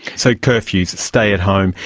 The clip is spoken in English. so curfews, stay at home.